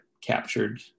captured